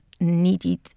needed